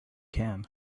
can